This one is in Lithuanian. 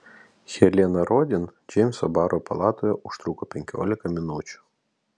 helena rodin džeimso baro palatoje užtruko penkiolika minučių